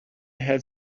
had